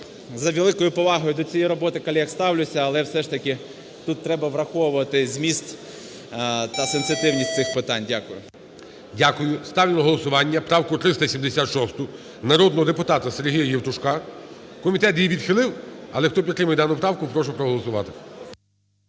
з великою повагою до цієї роботи колег ставлюся, але все ж таки тут треба враховувати зміст та сенситивність цих питань. Дякую. ГОЛОВУЮЧИЙ. Дякую. Ставлю на голосування правку 376 народного депутата Сергія Євтушка. Комітет її відхилив. Але хто підтримує дану правку, прошу проголосувати.